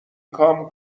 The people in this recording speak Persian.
کام